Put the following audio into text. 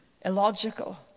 illogical